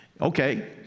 Okay